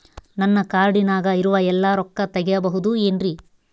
ನನ್ನ ಕಾರ್ಡಿನಾಗ ಇರುವ ಎಲ್ಲಾ ರೊಕ್ಕ ತೆಗೆಯಬಹುದು ಏನ್ರಿ?